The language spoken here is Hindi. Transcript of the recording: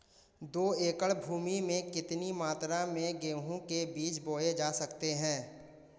दो एकड़ भूमि में कितनी मात्रा में गेहूँ के बीज बोये जा सकते हैं?